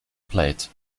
plate